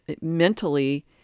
mentally